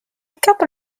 couple